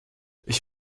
ich